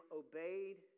obeyed